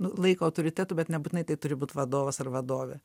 nu laiko autoritetu bet nebūtinai tai turi būt vadovas ar vadovė